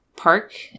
park